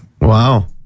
Wow